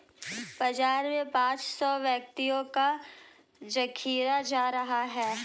बाजार में पांच सौ व्यक्तियों का जखीरा जा रहा है